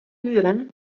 duren